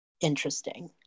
interesting